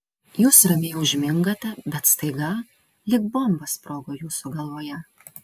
jūs ramiai užmingate bet staiga lyg bomba sprogo jūsų galvoje